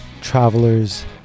travelers